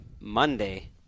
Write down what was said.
Monday